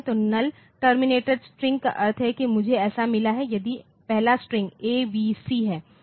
तो null terminated string का अर्थ है कि मुझे ऐसा मिला है यदि पहला स्ट्रिंग ए बी सी है